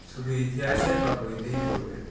শুধু ইতিহাসে বা বইতেই পড়বে